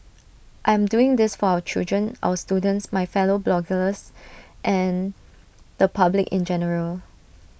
I am doing this for our children our students my fellow bloggers and the public in general